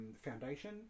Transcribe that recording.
Foundation